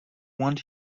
want